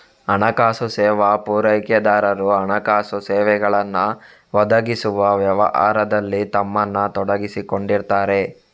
ಹಣಕಾಸು ಸೇವಾ ಪೂರೈಕೆದಾರರು ಹಣಕಾಸು ಸೇವೆಗಳನ್ನ ಒದಗಿಸುವ ವ್ಯವಹಾರದಲ್ಲಿ ತಮ್ಮನ್ನ ತೊಡಗಿಸಿಕೊಂಡಿರ್ತಾರೆ